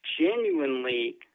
genuinely